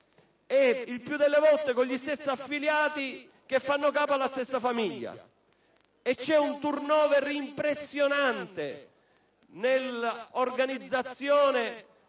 Il più delle volte con gli stessi affiliati che fanno capo alla stessa famiglia; c'è un *turnover* impressionante nell'organizzazione